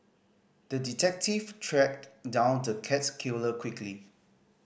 the detective tracked down the cat killer quickly